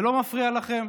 זה לא מפריע לכם?